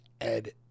ed